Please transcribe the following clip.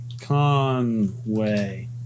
Conway